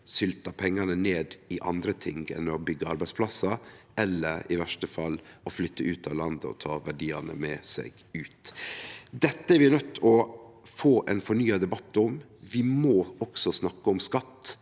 syltar pengane ned i andre ting enn å byggje arbeidsplassar eller i verste fall flytter ut av landet og tek verdiane med seg ut. Dette er vi nøydde til å få ein fornya debatt om. Vi må også snakke om skatt,